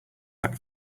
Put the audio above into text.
that